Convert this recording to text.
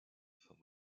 vom